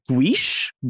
guiche